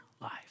life